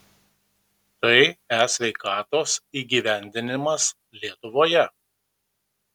tai e sveikatos įgyvendinimas lietuvoje